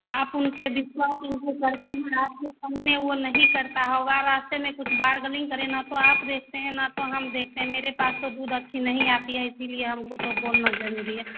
आप उन पर विश्वास करते हैं आपके सामने वो नहीं करता होगा रास्ते में कुछ बारगेनिंग करे न तो आप देखते हैं न तो हम देखते हैं मेरे पास तो दूध अच्छी नहीं आती है इसीलिए हमको तो बोलना जरूरी है